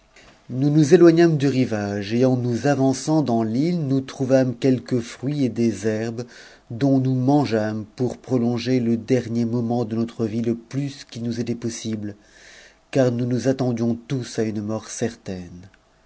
nous nous éloignâmes du rivage et en nous avançant dans l'ite no trouvâmes quelques fruits et des herbes dont nous mangeâmes pour nro longer le dernier moment de notre vie le plus qu'il nous était possihtp car nous nous attendions à une mort certaine